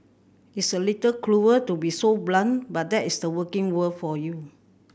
it's a little cruel to be so blunt but that is the working world for you